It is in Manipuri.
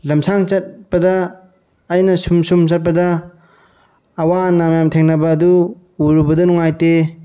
ꯂꯝꯁꯥꯡ ꯆꯠꯄꯗ ꯑꯩꯅ ꯁꯨꯝ ꯁꯨꯝ ꯆꯠꯄꯗ ꯑꯋꯥ ꯑꯅꯥ ꯃꯌꯥꯝ ꯊꯦꯡꯅꯕ ꯑꯗꯨ ꯎꯔꯨꯕꯗ ꯅꯨꯡꯉꯥꯏꯇꯦ